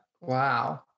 Wow